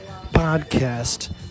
podcast